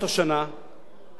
הדירות האלה עומדות ריקות.